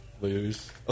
lose